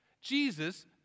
Jesus